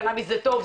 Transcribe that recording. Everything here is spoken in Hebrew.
קנאביס זה טוב,